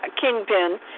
kingpin